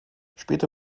später